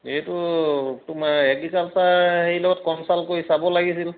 এইটো তোমাৰ এগ্ৰিকালচাৰ হেৰি লগত কনছাল্ট কৰি চাব লাগিছিল